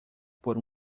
por